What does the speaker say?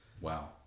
Wow